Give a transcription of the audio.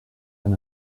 and